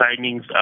signings